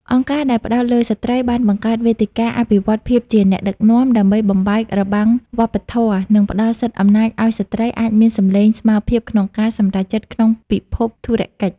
អង្គការដែលផ្ដោតលើស្រ្តីបានបង្កើតវេទិកាអភិវឌ្ឍន៍ភាពជាអ្នកដឹកនាំ ដើម្បីបំបែករបាំងវប្បធម៌ និងផ្ដល់សិទ្ធិអំណាចឱ្យស្រ្តីអាចមានសំឡេងស្មើភាពក្នុងការសម្រេចចិត្តក្នុងពិភពធុរកិច្ច។